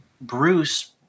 Bruce